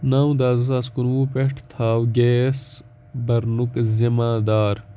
نَو دَہ زٕ ساس کُنوُہ پٮ۪ٹھ تھاو گیس بَرنُک ذِمہ دار